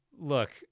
look